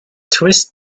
twist